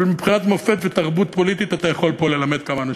אבל מבחינת מופת ותרבות פוליטית אתה יכול פה ללמד כמה אנשים,